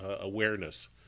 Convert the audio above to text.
awareness